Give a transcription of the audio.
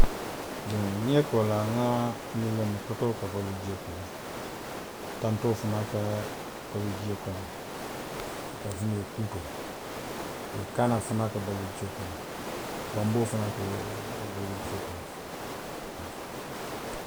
Iyoo ňee koolaa nŋa ňiŋ loŋ ne totoo ka baluu jiuo kono le, tantoo fanaŋ ka baluu jio kono le. i ka a fo miŋ ye kuutoo, kanaa fanaŋ ka baluu jio kono le, banboo fanaŋ ka baluu jio kono le, haa